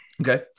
Okay